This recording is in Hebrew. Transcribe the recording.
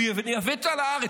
הוא יביא אותה לארץ,